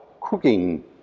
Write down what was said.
cooking